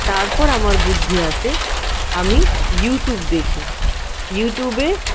তারপর আমার বুদ্ধি আসে আমি ইউটিউব দেখি ইউটিউবে